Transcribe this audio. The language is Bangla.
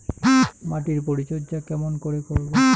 মাটির পরিচর্যা কেমন করে করব?